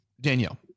danielle